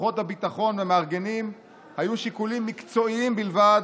כוחות הביטחון והמארגנים היו שיקולים מקצועיים בלבד,